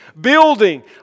building